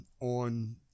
on